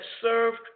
served